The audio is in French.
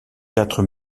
théâtre